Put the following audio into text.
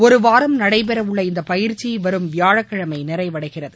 ஒரு வாரம் நடைபெற உள்ள இந்த பயிற்சி வரும் வியாழக்கிழமை நிறைவடைகிறது